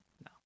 No